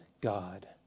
God